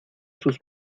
sus